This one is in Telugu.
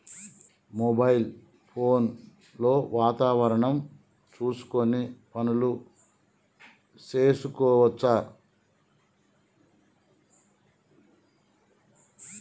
మొబైల్ ఫోన్ లో వాతావరణం చూసుకొని పనులు చేసుకోవచ్చా?